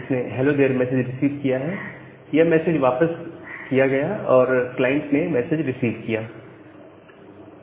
इसने hello there message receive किया है यह मैसेज वापस प्राप्त किया गया है और क्लाइंट ने मैसेज रिसीव किया है